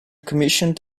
commissioned